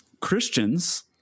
Christians